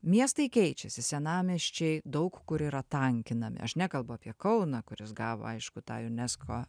miestai keičiasi senamiesčiai daug kur yra tankinami aš nekalbu apie kauną kuris gavo aišku tą unesco